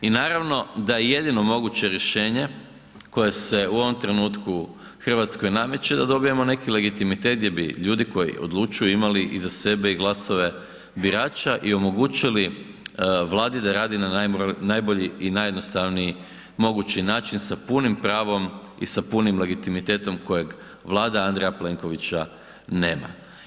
I naravno da je jedino moguće rješenje koje se u ovom trenutku RH nameće da dobijemo neki legitimitet gdje bi ljudi koji odlučuju imali iza sebe i glasove birača i omogućili Vladi da radi na najbolji i najjednostavniji mogući način sa punim pravom i sa punim legitimitetom kojeg Vlada Andreja Plenkovića nema.